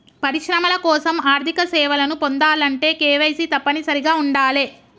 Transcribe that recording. పరిశ్రమల కోసం ఆర్థిక సేవలను పొందాలంటే కేవైసీ తప్పనిసరిగా ఉండాలే